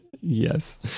yes